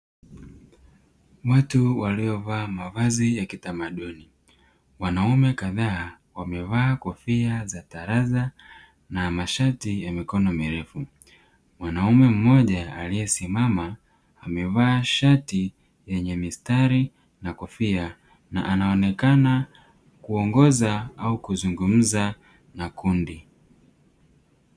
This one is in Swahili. Watu waliovaa mavazi ya kitamaduni wanaume kadhaa wamevaa kofia za taraza na mashati ya mikono mirefu, mwanamume mmoja aliyesimama amevaa shati yenye mistari na kofia na anaonekana kuongoza au kuzungumza na kundi.